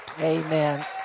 amen